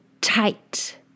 tight